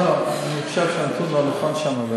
לא, לא, אני חושב שהנתון לא נכון שם.